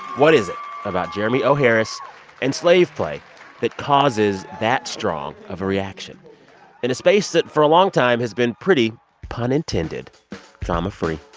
what is it about jeremy o. harris and slave play that causes that strong of a reaction in a space that, for a long time, has been pretty pun intended drama-free?